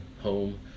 home